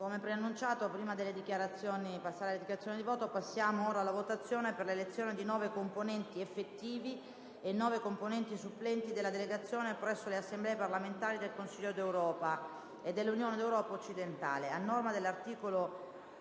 L'ordine del giorno reca la votazione per l'elezione di nove componenti effettivi e nove componenti supplenti della delegazione presso le Assemblee parlamentari del Consiglio d'Europa e dell'Unione dell'Europa occidentale (UEO). A norma dell'articolo